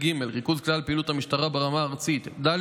ד.